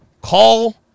call